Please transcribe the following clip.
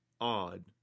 odd